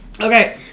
Okay